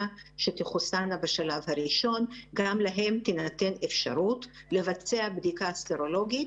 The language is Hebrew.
שתחוסנה בשלב הראשון גם להן תינתן אפשרות לבצע בדיקה סרולוגית.